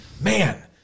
man